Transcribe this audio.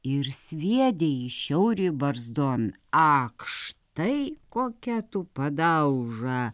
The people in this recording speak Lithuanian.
ir sviedė į šiaurį barzdon ak štai kokia tu padauža